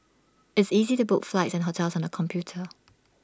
it's easy to book flights and hotels on the computer